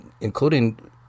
including